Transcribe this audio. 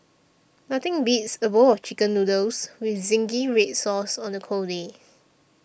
nothing beats a bowl of Chicken Noodles with Zingy Red Sauce on a cold day